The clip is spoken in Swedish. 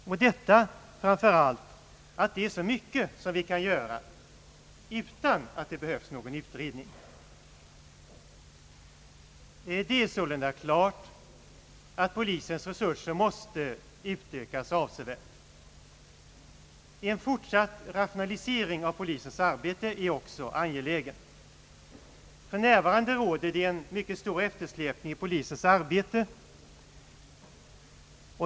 Motiveringen härför är framför allt att det är så mycket som man kan göra utan en sådan utredning. Det är sålunda klart att polisens resurser måste utökas avsevärt. En fortsatt rationalisering av polisens arbete är också en angelägen sak. För närvarande råder det en mycket stor eftersläpning i polisens arbete.